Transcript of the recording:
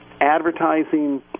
advertising